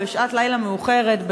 בשעת לילה מאוחרת,